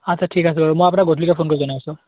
আচ্ছা ঠিক আছে বাৰু মই আপোনাক গধূলিকৈ ফোন কৰি জনাই আছো